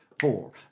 Four